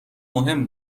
مهم